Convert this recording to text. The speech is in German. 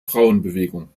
frauenbewegung